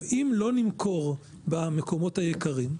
אם לא נמכור במקומות היקרים,